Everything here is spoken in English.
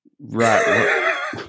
Right